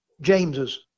James's